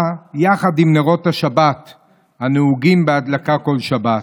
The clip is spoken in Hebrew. האחרונה, יחד עם נרות השבת הנהוגים בהדלקה כל שבת.